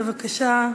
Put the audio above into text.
בבקשה,